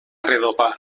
redovà